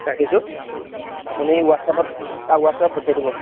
ৰাখিছোঁ আপুনি হোৱাটছআপত হোৱাটছআপত পঠিয়াই দিব